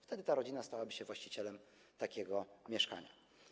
Wtedy ta rodzina stałaby się właścicielem takiego mieszkania.